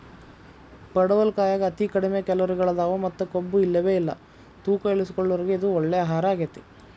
ಪಡವಲಕಾಯಾಗ ಅತಿ ಕಡಿಮಿ ಕ್ಯಾಲೋರಿಗಳದಾವ ಮತ್ತ ಕೊಬ್ಬುಇಲ್ಲವೇ ಇಲ್ಲ ತೂಕ ಇಳಿಸಿಕೊಳ್ಳೋರಿಗೆ ಇದು ಒಳ್ಳೆ ಆಹಾರಗೇತಿ